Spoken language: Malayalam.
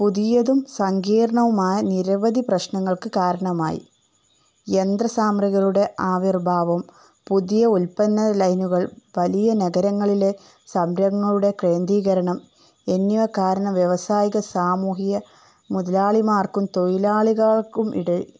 പുതിയതും സങ്കീർണവുമായ നിരവധി പ്രശ്നങ്ങൾക്ക് കാരണമായി യന്ത്രസാമഗ്രികളുടെ ആവിർഭാവം പുതിയ ഉൽപ്പന്ന ലൈനുകൾ വലിയ നഗരങ്ങളിലെ സംരഭങ്ങളുടെ കേന്ദ്രീകരണം എന്നിവ കാരണം വ്യവസായിക സാമൂഹിക മുതലാളിമാർക്കും തൊഴിലാളികൾക്കും ഇട